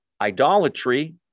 idolatry